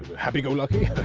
happy-go-lucky,